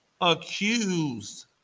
Accused